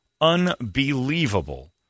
unbelievable